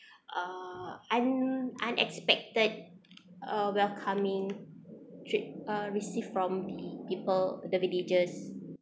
uh un~ unexpected uh welcoming treat uh received from the people the villagers